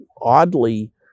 oddly